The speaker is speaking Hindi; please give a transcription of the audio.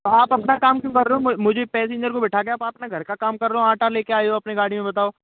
तो आप अपना काम क्यों कर रहे हो मुझे पैसेंजर को बैठा के आप अपना घर का काम कर रहे हो आटा लेके आए हो अपने गाड़ी में बताओ